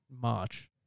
March